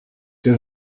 que